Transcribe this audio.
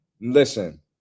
Listen